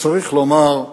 צריך לומר,